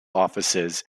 offices